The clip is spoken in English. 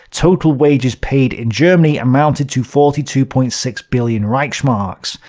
total wages paid in germany amounted to forty two point six billion reichsmarks.